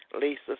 Lisa